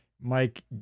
Mike